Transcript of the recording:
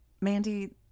Mandy